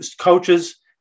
coaches